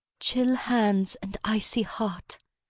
chill hands and icy heart.